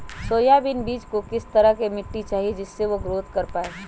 Soybean बीज को किस तरह का मिट्टी चाहिए जिससे वह ग्रोथ कर पाए?